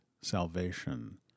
salvation